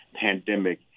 pandemic